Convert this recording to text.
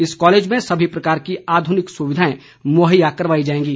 इस कॉलेज में सभी प्रकार की आधुनिक सुविधाएं मुहैया करवाई जाएंगी